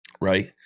right